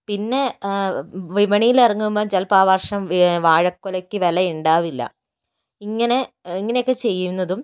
പിന്നെ വിപണിയിൽ ഇറങ്ങുമ്പോൾ ചിലപ്പോൾ ആ വർഷം വാഴക്കുലയ്ക്ക് വിലയുണ്ടാവില്ല ഇങ്ങനെ ഇങ്ങനെയൊക്കെ ചെയ്യുന്നതും